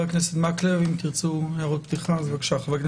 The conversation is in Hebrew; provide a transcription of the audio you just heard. תודה רבה, אדוני